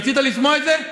רצית לשמוע את זה?